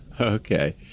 okay